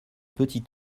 petit